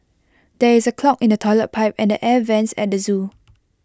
there is A clog in the Toilet Pipe and air Vents at the Zoo